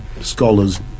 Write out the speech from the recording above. scholars